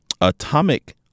atomic